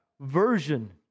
version